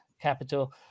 capital